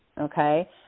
okay